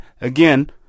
Again